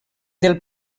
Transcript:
del